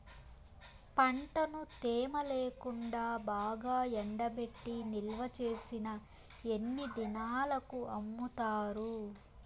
పంటను తేమ లేకుండా బాగా ఎండబెట్టి నిల్వచేసిన ఎన్ని దినాలకు అమ్ముతారు?